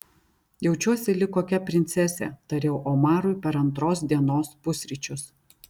jaučiuosi lyg kokia princesė tariau omarui per antros dienos pusryčius